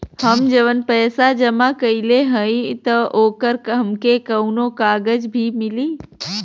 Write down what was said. हम जवन पैसा जमा कइले हई त ओकर हमके कौनो कागज भी मिली?